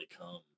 come